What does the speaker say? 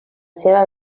seva